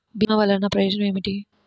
భీమ వల్లన ప్రయోజనం ఏమిటి?